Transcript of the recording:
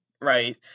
right